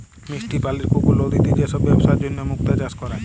মিষ্টি পালির পুকুর, লদিতে যে সব বেপসার জনহ মুক্তা চাষ ক্যরে